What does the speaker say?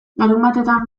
larunbatetan